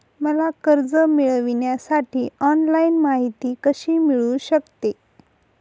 मला कर्ज मिळविण्यासाठी ऑनलाइन माहिती कशी मिळू शकते?